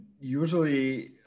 usually